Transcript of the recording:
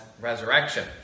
resurrection